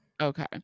Okay